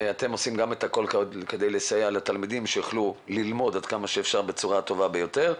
אתם עושים הכול כרגיל כדי לסייע לתלמידים ללמוד בצורה הטובה ביותר.